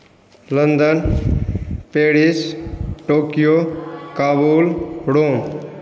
London Paris Tokyo Kabul Rome